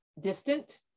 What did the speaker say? distant